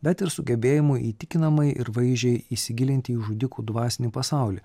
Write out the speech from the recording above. bet ir sugebėjimu įtikinamai ir vaizdžiai įsigilinti į žudikų dvasinį pasaulį